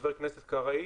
וח"כ קרעי